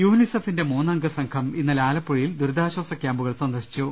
യൂനിസെഫിന്റെ മൂന്നംഗസംഘം ഇന്നലെ ആലപ്പുഴയിൽ ദുരി താശ്വാസ ക്യാമ്പുകൾ സന്ദർശിച്ചു